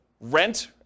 rent